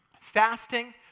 Fasting